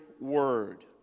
word